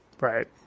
right